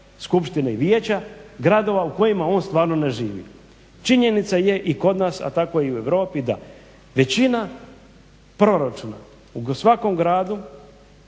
skupštine i vijeća gradova u kojima on stvarno ne živi. Činjenica je i kod nas, a tako i u Europi da većina proračuna u svakom gradu